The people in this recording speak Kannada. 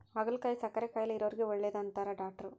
ಹಾಗಲಕಾಯಿ ಸಕ್ಕರೆ ಕಾಯಿಲೆ ಇರೊರಿಗೆ ಒಳ್ಳೆದು ಅಂತಾರ ಡಾಟ್ರು